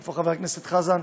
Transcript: איפה חבר הכנסת חזן?